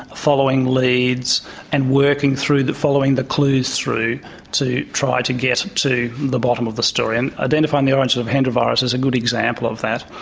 ah following leads and working through following the clues through to try to get to the bottom of the story. and identifying the origins of hendra virus is a good example of that.